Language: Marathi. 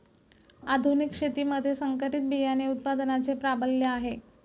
आधुनिक शेतीमध्ये संकरित बियाणे उत्पादनाचे प्राबल्य आहे